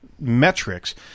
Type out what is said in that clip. Metrics